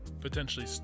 Potentially